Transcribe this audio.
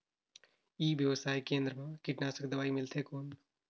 ई व्यवसाय केंद्र मा कीटनाशक दवाई मिलथे कौन?